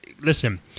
listen